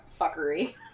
fuckery